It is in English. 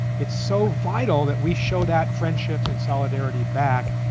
it's so vital that we show that friendship and solidarity back,